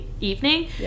evening